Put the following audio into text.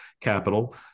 capital